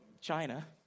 China